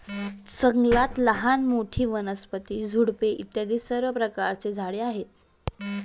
जंगलात लहान मोठी, वनस्पती, झुडपे इत्यादी सर्व प्रकारची झाडे आहेत